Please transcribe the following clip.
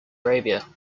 arabia